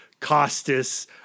Costas